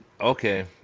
Okay